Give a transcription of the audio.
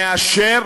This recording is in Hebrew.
מאשר